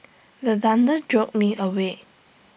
the thunder jolt me awake